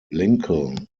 lincoln